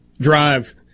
drive